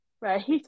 right